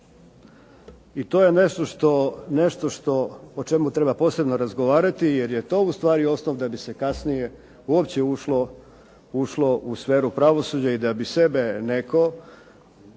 I to je nešto što o nečemu treba posebno razgovarati, jer je to ustvari osnov da bi se kasnije uopće ušlo u sferu pravosuđa i da bi sebe netko